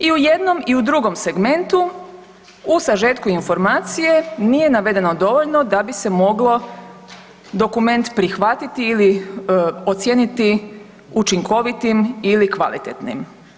I u jednom i u drugom segmentu u sažetku informacije nije navedeno dovoljno da bi se moglo dokument prihvatiti ili ocijeniti učinkovitim ili kvalitetnim.